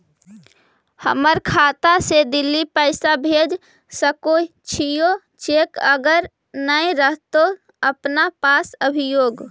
हमर खाता से दिल्ली पैसा भेज सकै छियै चेक अगर नय रहतै अपना पास अभियोग?